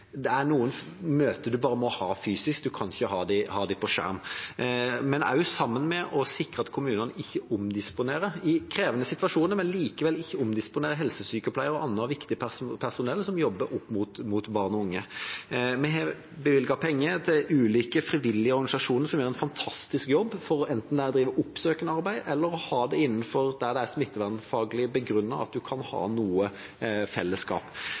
det er noen møter en bare må ha fysisk, en kan ikke ha dem på skjerm – men også sikre at kommunene, selv om det er krevende situasjoner, ikke omdisponerer helsesykepleiere og annet viktig personell som jobber opp mot barn og unge. Vi har bevilget penger til ulike frivillige organisasjoner, som gjør en fantastisk jobb, enten det er å drive oppsøkende arbeid eller å ha noe fellesskap innenfor det det er smittevernfaglig begrunnet at en kan ha noe.